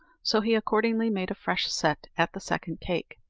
so he accordingly made a fresh set at the second cake,